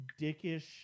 dickish